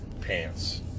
pants